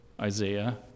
Isaiah